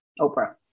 Oprah